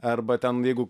arba ten jeigu